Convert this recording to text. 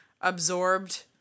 absorbed